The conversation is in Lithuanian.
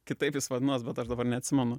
kitaip jis vadinos bet aš dabar neatsimenu